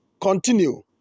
Continue